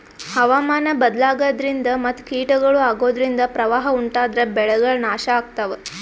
ಹವಾಮಾನ್ ಬದ್ಲಾಗದ್ರಿನ್ದ ಮತ್ ಕೀಟಗಳು ಅಗೋದ್ರಿಂದ ಪ್ರವಾಹ್ ಉಂಟಾದ್ರ ಬೆಳೆಗಳ್ ನಾಶ್ ಆಗ್ತಾವ